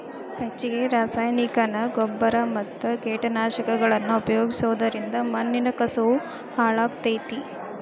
ಹೆಚ್ಚಗಿ ರಾಸಾಯನಿಕನ ಗೊಬ್ಬರ ಮತ್ತ ಕೇಟನಾಶಕಗಳನ್ನ ಉಪಯೋಗಿಸೋದರಿಂದ ಮಣ್ಣಿನ ಕಸವು ಹಾಳಾಗ್ತೇತಿ